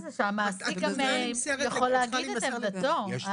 חוץ מזה שהמעסיק גם יכול להגיד את עמדתו.